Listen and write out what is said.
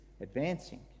advancing